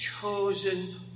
chosen